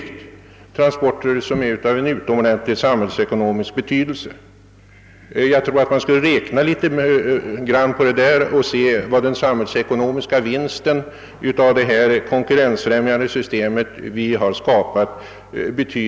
De transporterna är av utomordentligt stor samhällsekonomisk betydelse, och man bör därför ta med i räkningen vad den samhällsekonomiska vinsten har varit av det konkurrensfrämjande system vi tillskapat.